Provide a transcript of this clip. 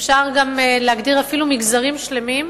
ואפשר להגדיר אפילו מגזרים שלמים.